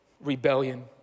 rebellion